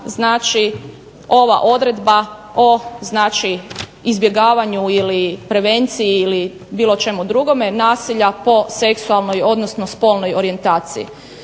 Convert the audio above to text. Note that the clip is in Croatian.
znači ova odredba o znači izbjegavanju ili prevenciji ili bilo čemu drugome nasilja po seksualnoj, odnosno spolnoj orijentaciji.